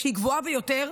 היא גבוהה ביותר,